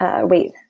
Wait